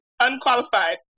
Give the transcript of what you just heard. Unqualified